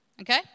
okay